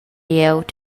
glieud